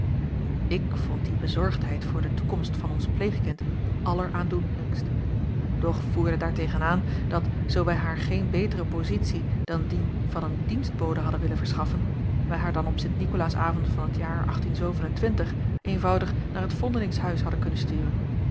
ik vond die bezorgdheid voor de toekomst van ons pleegkind alleraandoenlijkst doch voerde daar tegen aan dat zoo wij haar geen betere pozitie dan die van een dienstbode hadden willen verschaffen wij haar dan op sint nikolaasavond van t jaar eenvoudig naar t vondelingshuis hadden kunnen sturen